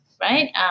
right